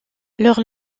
leur